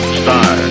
star